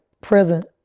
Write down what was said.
present